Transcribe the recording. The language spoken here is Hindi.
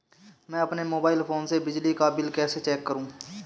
मैं अपने मोबाइल फोन से बिजली का बिल कैसे चेक करूं?